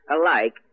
alike